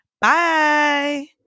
Bye